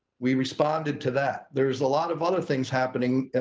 we responded to that, there's a lot of other things happening,